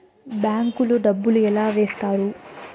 bank లో డబ్బులు ఎలా వేస్తారు